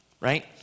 Right